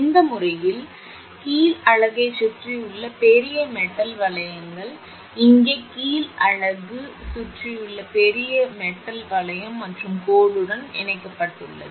இந்த முறையில் கீழ் அலகைச் சுற்றியுள்ள பெரிய மெட்டல் வளையங்கள் இங்கே கீழ் அலகு கீழ் அலகு சுற்றியுள்ள பெரிய மெட்டல் வளையம் மற்றும் கோடுடன் இணைக்கப்பட்டுள்ளது